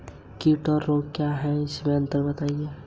ई commerce से आप क्या समझते हैं?